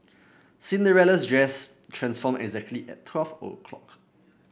Cinderella's dress transformed exactly at twelve o'clock